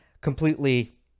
Completely